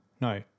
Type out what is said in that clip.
no